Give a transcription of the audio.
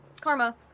karma